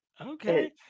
Okay